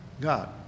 God